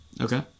Okay